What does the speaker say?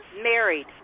Married